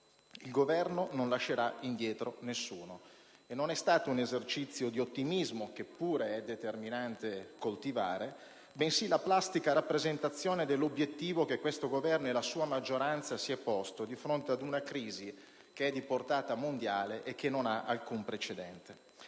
il Governo non lascerà indietro nessuno. E non è stato un esercizio di ottimismo, che pure è determinante coltivare, bensì la plastica rappresentazione dell'obiettivo che questo Governo e la sua maggioranza si sono posti, di fronte ad una crisi che è di portata mondiale e che non ha alcun precedente.